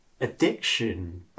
addiction